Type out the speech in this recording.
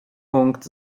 punkt